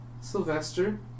Sylvester